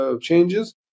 changes